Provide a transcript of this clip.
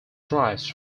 drives